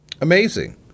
Amazing